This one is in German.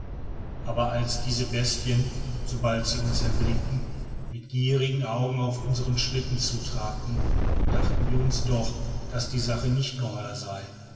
aber als diese bestien sobald sie uns erblickten mit gierigen augen auf unsern schlitten zutrabten dachten wir uns doch daß die sache nicht geheuer sei